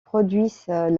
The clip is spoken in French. produisent